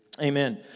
Amen